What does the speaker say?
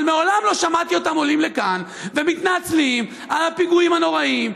אבל מעולם לא שמעתי אותם עולים לכאן ומתנצלים על הפיגועים הנוראיים,